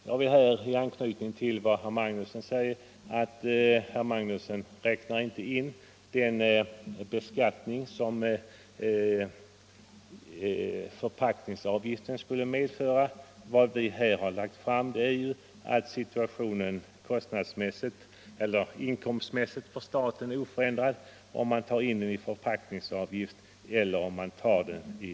Jag vill här i anslutning till vad herr Magnusson i Borås sade påpeka att herr Magnusson inte räknade in den beskattning som förpackningsavgiften skulle utgöra. Det förslag vi har lagt fram innebär att situationen inkomstmässigt för staten blir oförändrad, oavsett om man tar in avgiften på förpackningen eller på drycken.